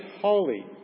holy